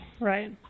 Right